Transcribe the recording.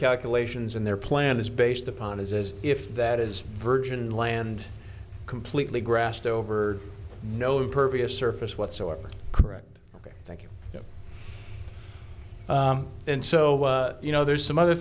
calculations and their plan is based upon is as if that is virgin land completely grassed over no impervious surface whatsoever correct ok thank you and so you know there's some other